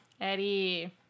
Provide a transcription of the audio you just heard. Eddie